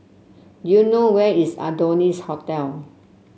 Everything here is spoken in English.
you know where is Adonis Hotel